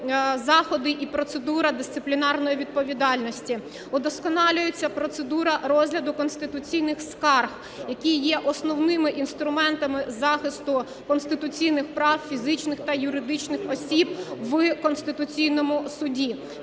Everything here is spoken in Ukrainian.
заходи і процедура дисциплінарної відповідальності. Удосконалюється процедура розгляду конституційних скарг, які є основними інструментами захисту конституційних прав фізичних та юридичних осіб в Конституційному Суді.